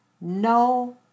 no